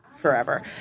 forever